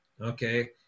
Okay